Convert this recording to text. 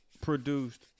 produced